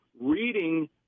reading